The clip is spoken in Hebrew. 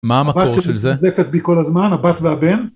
מה המקור של זה? הבת שלי נוזפת בי כל הזמן... הבת והבן...